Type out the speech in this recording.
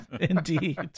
Indeed